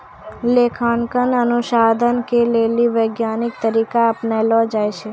लेखांकन अनुसन्धान के लेली वैज्ञानिक तरीका अपनैलो जाय छै